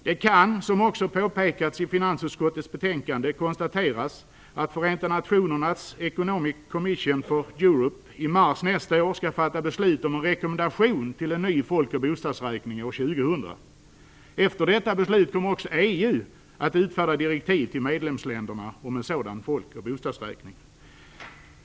Det kan, som också påpekats i finansutskottets betänkande, konstateras att Förenta nationernas Economic Commission for Europe i mars nästa år skall fatta beslut om en rekommendation till en ny folkoch bostadsräkning år 2000. Efter detta beslut kommer EU att utfärda direktiv till medlemsländerna om en sådan folk och bostadsräkning.